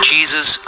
Jesus